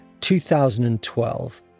2012